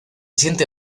siente